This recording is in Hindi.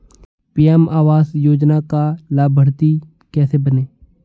पी.एम आवास योजना का लाभर्ती कैसे बनें?